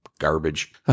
garbage